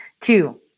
Two